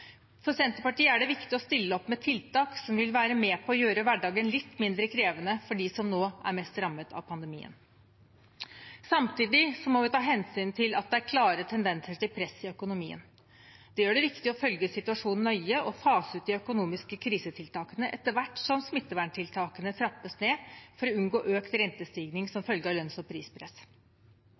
For Senterpartiet er det viktig å stille opp med tiltak som vil være med på å gjøre hverdagen litt mindre krevende for dem som nå er mest rammet av pandemien. Samtidig må vi ta hensyn til at det er klare tendenser til press i økonomien. Det gjør det viktig å følge situasjonen nøye og fase ut de økonomiske krisetiltakene etter hvert som smitteverntiltakene trappes ned, for å unngå økt rentestigning som følge av lønns- og prispress.